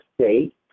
state